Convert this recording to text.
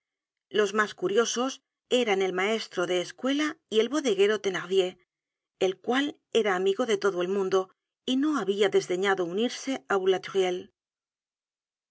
los mas curiosos eran el maestro de escuela y el bodegonero thenardier el cual era amigo de todo el mundo y no habia desdeñado unirse á boulatruelle